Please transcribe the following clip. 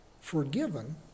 forgiven